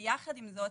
ויחד עם זאת,